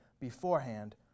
beforehand